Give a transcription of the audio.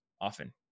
often